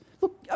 Look